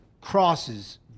crosses